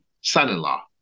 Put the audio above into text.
son-in-law